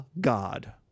god